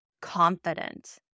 confident